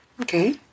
Okay